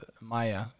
Maya